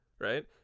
right